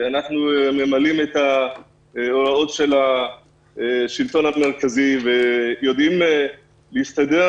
אנחנו ממלאים את ההוראות של השלטון המרכזי ויודעים להסתדר